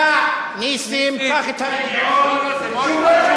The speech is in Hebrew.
תירגע, נסים, קח את ה"רגיעון" שהוא לא,